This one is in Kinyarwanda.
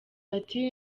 ati